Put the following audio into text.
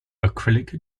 acrylic